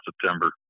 September